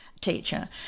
teacher